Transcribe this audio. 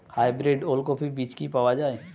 Hybrid ওলকফি বীজ কি পাওয়া য়ায়?